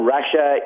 Russia